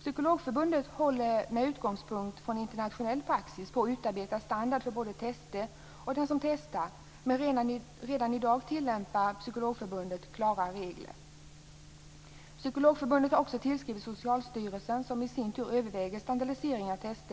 Psykologförbundet håller med utgångspunkt i internationell praxis på och utarbetar standard för både tester och den som testar, men redan i dag tillämpar Psykologförbundet klara regler. Psykologförbundet har också tillskrivit Socialstyrelsen, som i sin tur överväger standardisering av test.